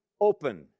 open